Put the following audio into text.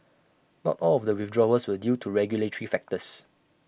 not all of the withdrawals were due to regulatory factors